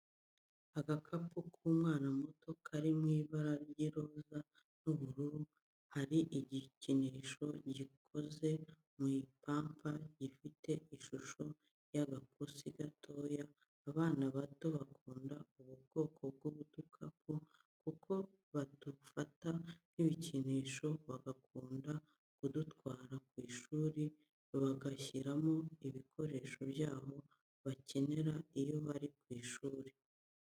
Agakapu k'umwana muto kari mu ibara ry'iroza n'ubururu, hari igikinisho gikoze mu ipamba gifite ishusho y'agapusi gatoya, abana bato bakunda ubu bwoko bw'udukapu kuko badufata nk'ibikinisho bagakunda kudutwara ku ishuri, bagashyiramo ibikoresho byabo bakenera iyo bari ku ishuri.